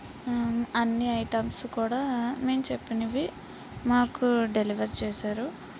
అన్ని ఐటమ్స్ కూడా మేము చెప్పినవి మాకు డెలివర్ చేశారు